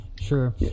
Sure